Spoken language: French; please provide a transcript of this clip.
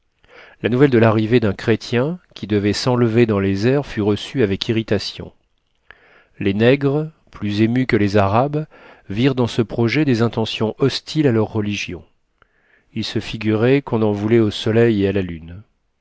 la nouvelle de l'arrivée d'un chrétien qui devait s'enlever dans les airs fut reçue avec irritation les nègres plus émus que les arabes virent dans ce projet des intentions hostiles à leur religion ils se figuraient qu'on en voulait au soleil et à la lune